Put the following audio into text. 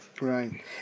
Right